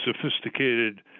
sophisticated